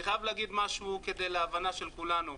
אני חייב להגיד משהו שיוסיף להבנה של כולנו,